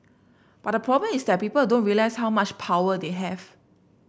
but the problem is that people don't realise how much power they have